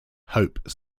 hope